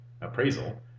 appraisal